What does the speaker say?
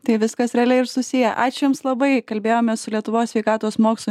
tai viskas realiai ir susiję ačiū jums labai kalbėjomės su lietuvos sveikatos mokslų